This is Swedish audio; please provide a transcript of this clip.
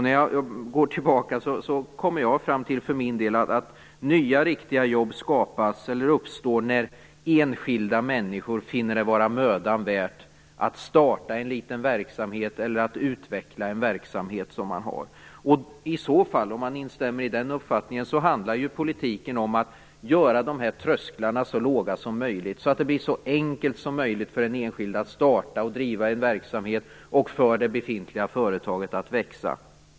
När jag går tillbaka kommer jag för min del fram till att nya riktiga jobb uppstår när enskilda människor finner det vara mödan värt att starta en liten verksamhet eller att utveckla den verksamhet man har. I så fall, om man instämmer i den uppfattningen, handlar politiken om att göra trösklarna så låga som möjligt, så att det blir så enkelt som möjligt för den enskilde att starta och driva en verksamhet och för det befintliga företaget att växa.